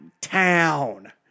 town